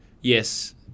yes